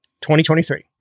2023